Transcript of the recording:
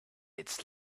its